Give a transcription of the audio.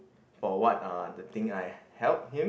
for what uh the thing I help him